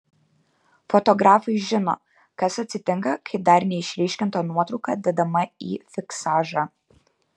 fotografai žino kas atsitinka kai dar neišryškinta nuotrauka dedama į fiksažą